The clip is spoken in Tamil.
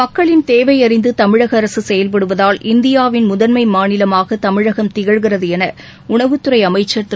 மக்களின் தேவையறிந்து தமிழக அரசு செயல்படுவதால் இந்தியாவின் முதன்மை மாநிலமாக தமிழகம் திகழ்கிறது என உணவுத் துறை அமைச்சர் திரு